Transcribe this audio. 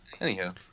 anyhow